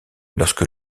lorsque